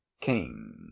king